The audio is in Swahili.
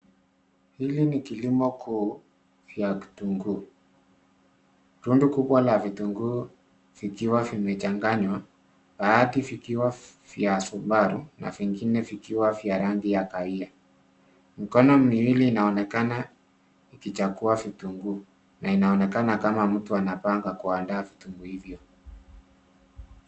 Hili ni kilimo kuu ya kitunguu. Rundo kubwa la vitunguu vikiwa vimechangwa baadhi vikiwa vya subaru na vengine vikiwa vya rangi ya kaile. Mikono miwili inaonekana ikichagua vitunguu na inaonekana kama mtu anapanga kuandaa vitunguu hivyo.